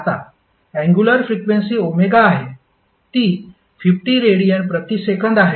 आता angular frequency ω आहे ती 50 रेडियन प्रति सेकंद आहे